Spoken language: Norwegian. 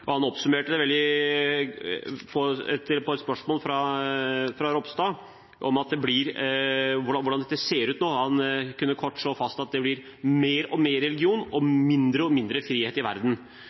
På et spørsmål fra Ropstad om hvordan dette ser ut nå, kunne han kort slå fast at det blir mer og mer religion og mindre og mindre frihet i verden.